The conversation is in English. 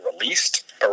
released